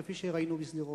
כפי שראינו בשדרות?